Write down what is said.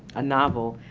a novel,